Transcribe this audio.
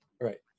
Right